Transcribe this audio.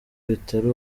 bitari